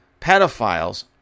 pedophiles